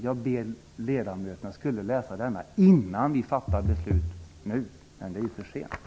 Jag skulle vilja att ledamöterna läste den innan vi skall fatta beslut, men det är för sent nu.